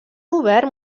obert